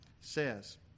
says